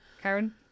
Karen